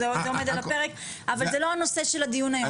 זה עומד על הפרק, אבל זה לא הנושא של הדיון היום.